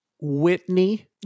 Whitney